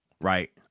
right